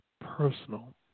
personal